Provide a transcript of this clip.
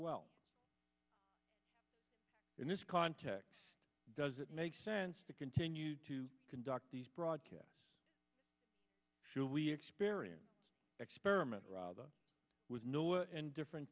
well in this context does it make sense to continue to conduct these broadcasts should we experience experiment rather was no different